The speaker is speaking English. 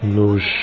nos